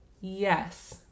yes